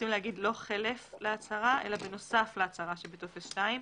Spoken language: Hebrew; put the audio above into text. בנוסף להצהרה שבטופס 2,